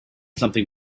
something